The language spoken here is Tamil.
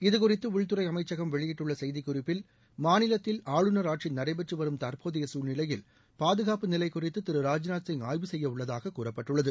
இது குறித்து உள்துறை அமைச்சகம் வெளியிட்டுள்ள செய்திக் குறிப்பில் மாநிலத்தில் ஆளுநர் ஆட்சி நடைபெற்றுவரும் தற்போதைய சூழ்நிலையில் பாதுகாப்பு நிலை குறித்து திரு ராஜ்நாத் சிங் ஆய்வு செய்ய உள்ளதாக கூறப்பட்டுள்ளது